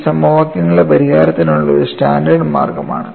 ഇത് സമവാക്യങ്ങളുടെ പരിഹാരത്തിനുള്ള ഒരു സ്റ്റാൻഡേർഡ് മാർഗമാണ്